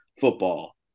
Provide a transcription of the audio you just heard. football